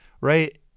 right